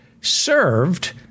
served